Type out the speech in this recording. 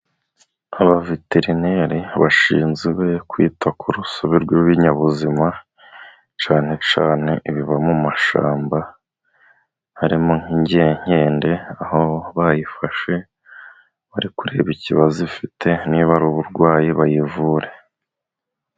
Abaveterineri bashinzwe kwita ku rusobe rw'ibinyabuzima cyane cyane ibiva mu mashyamba harimo nk'inkende aho bayifashe bari kureba ikibazo ifite niba ari uburwayi bayivure.